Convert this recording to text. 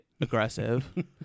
aggressive